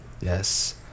Yes